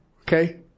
Okay